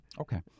Okay